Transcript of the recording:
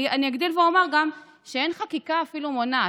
אני אגדיל ואומר שאין אפילו חקיקה מונעת.